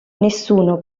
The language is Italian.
nessuno